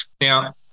Now